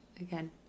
again